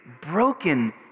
broken